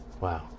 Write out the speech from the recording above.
wow